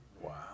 Wow